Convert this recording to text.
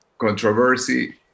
controversy